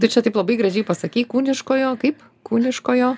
tu čia taip labai gražiai pasakei kūniškojo kaip kūniškojo